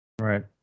Right